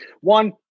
One